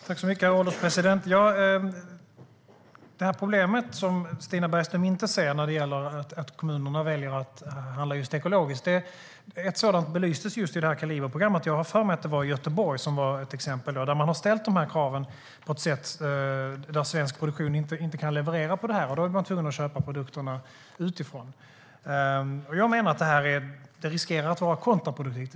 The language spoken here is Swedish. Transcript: Herr ålderspresident! Stina Bergström ser inte problemet med att kommunerna väljer att handla just ekologiskt. Ett problem belystes just i Kaliber . Jag har för mig att Göteborg var ett exempel. Där har man ställt kraven på ett sådant sätt att svensk produktion inte kan leverera. Då blir man tvungen att köpa produkterna utifrån. Det riskerar att bli kontraproduktivt.